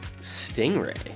Stingray